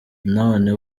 none